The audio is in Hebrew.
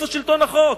איפה שלטון החוק?